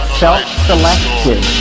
self-selected